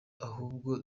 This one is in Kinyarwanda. ahubwo